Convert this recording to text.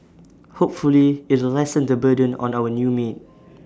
hopefully it'll lessen the burden on our new maid